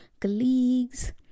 colleagues